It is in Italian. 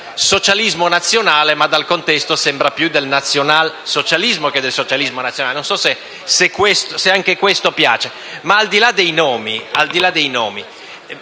del socialismo nazionale; ma dal contesto sembra più del nazionalsocialismo che del socialismo nazionale e non so se anche questo piace. Tuttavia, al di là dei nomi,